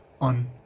On